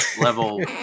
level